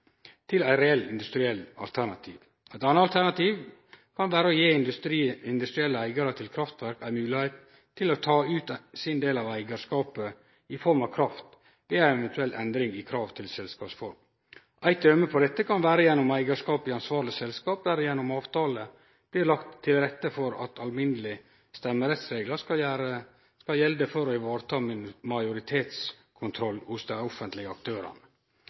til eit reelt industrielt alternativ. Eit anna alternativ kan vere å gje industrielle eigarar av kraftverk ei moglegheit til å ta ut sin del av eigarskapet i form av kraft ved ei eventuell endring i krav til selskapsform. Eit døme på dette kan vere gjennom eigarskap i ansvarleg selskap der det gjennom avtale blir lagt til rette for at alminnelege stemmerettsreglar skal gjelde for å vareta majoritetskontroll hos dei offentlege aktørane.